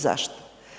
Zašto?